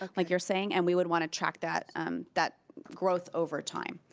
um like you're saying, and we would want to track that um that growth overtime.